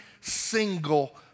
single